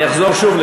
אני אחזור שוב,